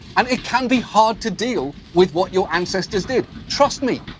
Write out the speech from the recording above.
and it can be hard to deal with what your ancestors did. trust me,